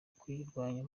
kuyirwanya